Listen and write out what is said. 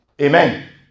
Amen